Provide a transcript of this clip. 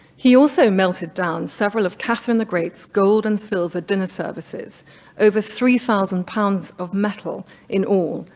he also melted down several of catherine the great's gold and silver dinner services over three thousand pounds of metal in all.